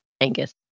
Angus